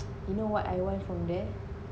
you know what I want from there